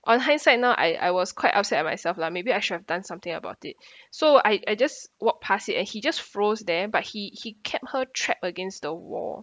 on hindsight now I I was quite upset myself lah maybe I should have done something about it so I I just walked past it and he just froze there but he he kept her trapped against the wall